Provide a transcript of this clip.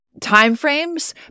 timeframes